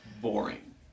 Boring